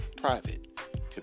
private